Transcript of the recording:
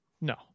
No